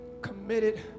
committed